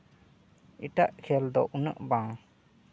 ᱮᱴᱟᱜ ᱠᱷᱮᱞ ᱫᱚ ᱩᱱᱟᱹᱜ ᱵᱟᱝ